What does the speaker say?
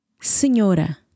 senhora